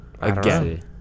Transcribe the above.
Again